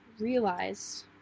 realize